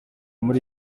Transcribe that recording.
muri